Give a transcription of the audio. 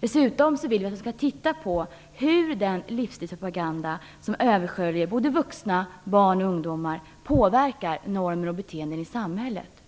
Dessutom vill vi att utredningen skall titta på hur den livsstilspropaganda som sköljer över vuxna, barn och ungdomar påverkar normer och beteenden i samhället.